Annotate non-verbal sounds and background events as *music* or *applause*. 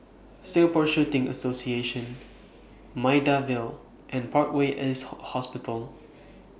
Singapore Shooting Association Maida Vale and Parkway East *unintelligible* Hospital